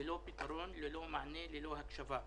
ללא פתרון, ללא מענה, ללא הקשבה.